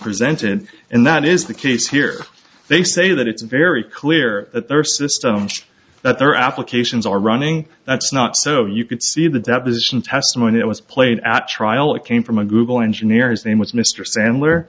presented and that is the case here they say that it's very clear that there are systems that their applications are running that's not so you can see the deposition testimony it was played at trial it came from a google engineer his name was mr sandler